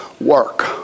work